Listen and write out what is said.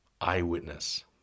eyewitness